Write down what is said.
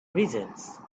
reasons